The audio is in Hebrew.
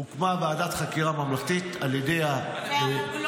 הוקמה ועדת חקירה ממלכתית על ידי -- והרוגלות,